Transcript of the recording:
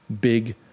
big